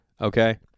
Okay